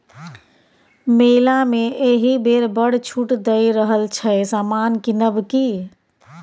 मेला मे एहिबेर बड़ छूट दए रहल छै समान किनब कि?